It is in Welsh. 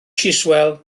chiswell